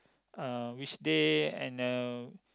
uh which day and uh